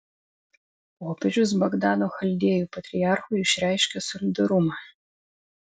popiežius bagdado chaldėjų patriarchui išreiškė solidarumą